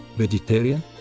vegetarian